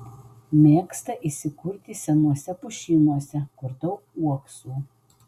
mėgsta įsikurti senuose pušynuose kur daug uoksų